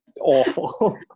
awful